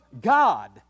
God